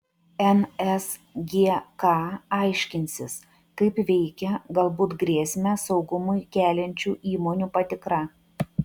nsgk aiškinsis kaip veikia galbūt grėsmę saugumui keliančių įmonių patikra